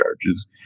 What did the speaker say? charges